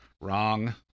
Wrong